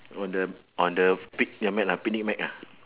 one the on the pic~ magnet ah picnic mat ah